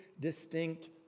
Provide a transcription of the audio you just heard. distinct